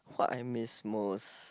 what I miss most